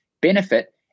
benefit